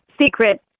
secret